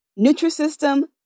Nutrisystem